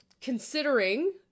considering